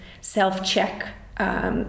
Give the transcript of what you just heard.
self-check